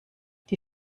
die